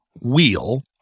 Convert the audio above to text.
wheel